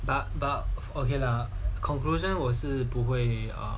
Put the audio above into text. but but lah conclusion 我是不会 err